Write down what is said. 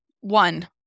One